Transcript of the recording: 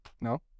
no